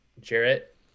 Jarrett